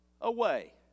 away